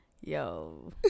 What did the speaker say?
Yo